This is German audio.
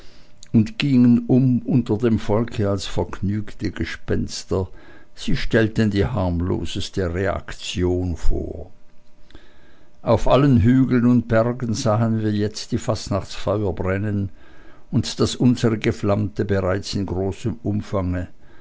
und gingen um unter dem volke als vergnügte gespenster sie stellten die harmloseste reaktion vor auf allen hügeln und bergen sahen wir jetzt die fastnachtsfeuer brennen und das unsrige flammte bereits in großem umfange